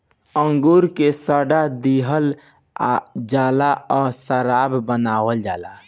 अंगूर के सड़ा दिहल जाला आ शराब बनावल जाला